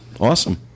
awesome